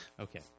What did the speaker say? Okay